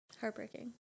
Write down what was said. heartbreaking